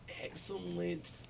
excellent